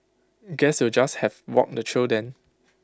guess you'll just have walk the trail then